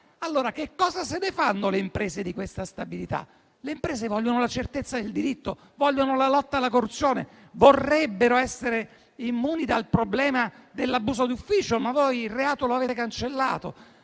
Allora che cosa se ne fanno le imprese di questa stabilità? Le imprese vogliono la certezza del diritto e la lotta alla corruzione; vorrebbero essere immuni dal problema dell'abuso d'ufficio, ma voi avete cancellato